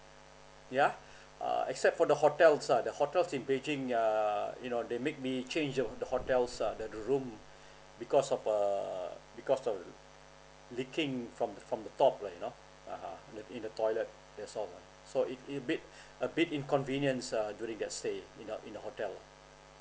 yeah uh except for the hotel ah the hotel in beijing yeah you know they make me change of the hotels ah the the room because of err because of leaking from from the top lah you know (uh huh) in the toilet that's all so it it made a big inconvenience ah during that stay in the in the hotel